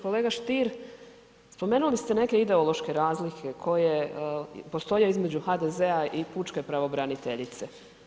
Kolega Stier, spomenuli ste neke ideološke razlike koje postoje između HDZ-a i pučke pravobraniteljice.